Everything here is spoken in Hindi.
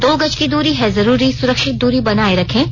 दो गज की दूरी है जरूरी सुरक्षित दूरी बनाए रखें